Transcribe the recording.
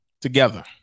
together